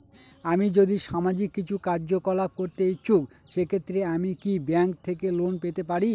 আমি যদি সামাজিক কিছু কার্যকলাপ করতে ইচ্ছুক সেক্ষেত্রে আমি কি ব্যাংক থেকে লোন পেতে পারি?